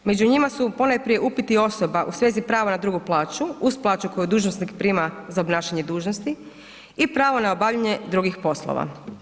Među njima su ponajprije upiti osoba u svezi prava na drugu plaću, uz plaću koju dužnosnik prima za obnašanje dužnosti i pravo na obavljanje drugih poslova.